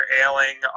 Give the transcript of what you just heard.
ailing